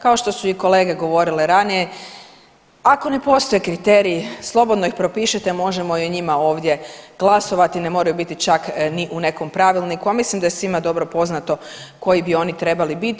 Kao što su i kolege govorile ranije ako ne postoje kriteriji slobodno ih propišite možemo i o njima ovdje glasovati, ne moraju biti čak ni u nekom pravilniku, a mislim da je svima dobro poznato koji bi oni trebali biti.